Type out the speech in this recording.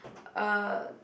uh